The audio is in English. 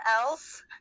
else